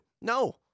No